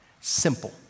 Simple